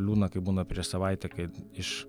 liūdna kai būna prieš savaitę kai iš